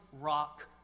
rock